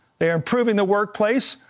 they're improving the workplace,